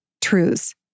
truths